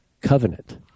covenant